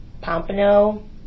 pompano